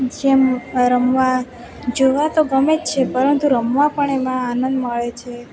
જેમ રમવા જોવા તો ગમે જ છે પરંતુ રમવા પણ એમાં આનંદ મળે છે